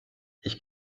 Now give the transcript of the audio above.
ich